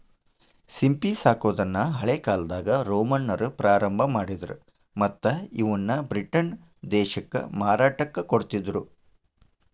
ಸಿಂಪಿ ಸಾಕೋದನ್ನ ಹಳೇಕಾಲ್ದಾಗ ರೋಮನ್ನರ ಪ್ರಾರಂಭ ಮಾಡಿದ್ರ ಮತ್ತ್ ಇವನ್ನ ಬ್ರಿಟನ್ ದೇಶಕ್ಕ ಮಾರಾಟಕ್ಕ ಕೊಡ್ತಿದ್ರು